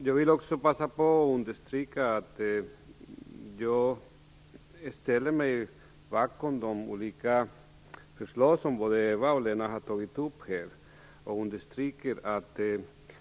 Jag vill också passa på att understryka att jag ställer mig bakom de olika förslag som både Eva Zetterberg och Lena Klevenås här har tagit upp.